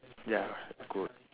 ya of course